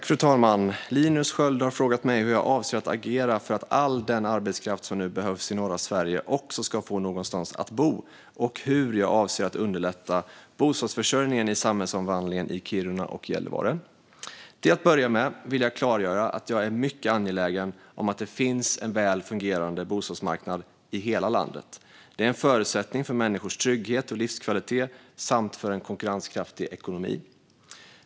Fru talman! Linus Sköld har frågat mig hur jag avser att agera för att all den arbetskraft som nu behövs i norra Sverige också ska få någonstans att bo och hur jag avser att underlätta bostadsförsörjningen i samhällsomvandlingen i Kiruna och Gällivare. Till att börja med vill jag klargöra att jag är mycket angelägen om att det finns en väl fungerade bostadsmarknad i hela landet. Det är en förutsättning för människors trygghet och livskvalitet samt för en konkurrenskraftig ekonomi.